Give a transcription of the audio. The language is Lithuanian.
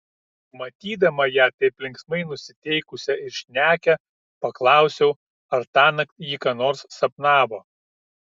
matydama ją taip linksmai nusiteikusią ir šnekią paklausiau ar tąnakt ji ką nors sapnavo